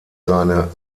seine